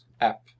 app